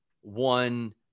one